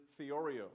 theorio